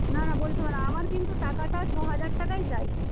না না বলতে হবে না আমার কিন্তু টাকাটা ছ হাজার টাকাই চাই